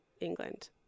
England